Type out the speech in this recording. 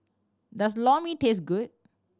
does Lor Mee taste good